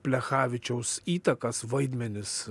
plechavičiaus įtakas vaidmenis